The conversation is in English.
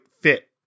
fit